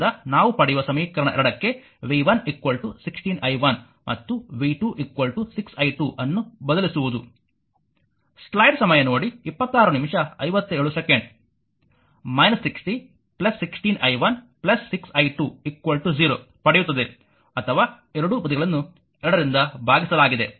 ನಾವು ಪಡೆಯುವ ಸಮೀಕರಣ 2 ಕ್ಕೆ v 1 16 i 1 ಮತ್ತು v 2 6 i2 ಅನ್ನು ಬದಲಿಸುವುದು 60 16 i 1 6 i2 0 ಪಡೆಯುತ್ತದೆ ಅಥವಾ ಎರಡೂ ಬದಿಗಳನ್ನು 2ರಿಂದ ಭಾಗಿಸಲಾಗಿದೆ